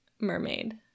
mermaid